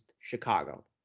Chicago